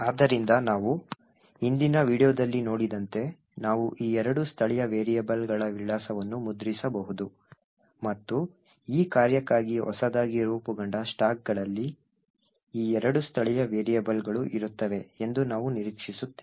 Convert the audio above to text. ಆದ್ದರಿಂದ ನಾವು ಹಿಂದಿನ ವೀಡಿಯೊದಲ್ಲಿ ನೋಡಿದಂತೆ ನಾವು ಈ ಎರಡು ಸ್ಥಳೀಯ ವೇರಿಯೇಬಲ್ಗಳ ವಿಳಾಸವನ್ನು ಮುದ್ರಿಸಬಹುದು ಮತ್ತು ಈ ಕಾರ್ಯಕ್ಕಾಗಿ ಹೊಸದಾಗಿ ರೂಪುಗೊಂಡ ಸ್ಟಾಕ್ಗಳಲ್ಲಿ ಈ ಎರಡು ಸ್ಥಳೀಯ ವೇರಿಯಬಲ್ಗಳು ಇರುತ್ತವೆ ಎಂದು ನಾವು ನಿರೀಕ್ಷಿಸುತ್ತೇವೆ